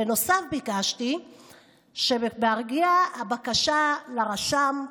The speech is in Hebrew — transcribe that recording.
בנוסף, ביקשתי שבהגיע הבקשה לרשם,